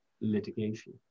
litigation